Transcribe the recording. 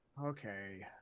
okay